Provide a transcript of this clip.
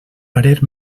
parer